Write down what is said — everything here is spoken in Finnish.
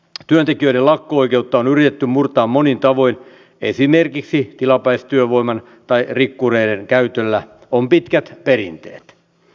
työntekijöiden lakko oikeutta on yritetty murtaa monin tavoin esimerkiksi tilapäistyövoiman tai rikkureiden käytöllä on pitkät perinteet